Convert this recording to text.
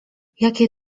jakie